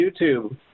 YouTube